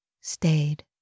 stayed